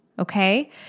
Okay